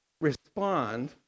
respond